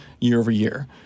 year-over-year